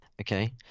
Okay